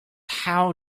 how